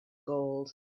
gold